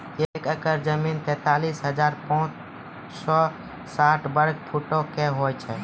एक एकड़ जमीन, तैंतालीस हजार पांच सौ साठ वर्ग फुटो के होय छै